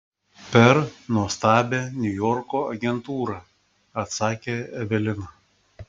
per nuostabią niujorko agentūrą atsakė evelina